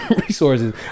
resources